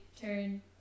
turn